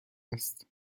است